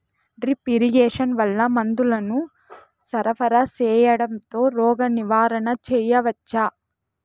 Drip irrigation వల్ల మందులను సరఫరా సేయడం తో రోగ నివారణ చేయవచ్చా?